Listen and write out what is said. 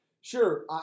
sure